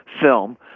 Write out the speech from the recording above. film